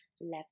left